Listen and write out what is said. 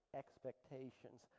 expectations